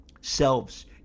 selves